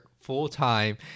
full-time